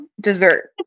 dessert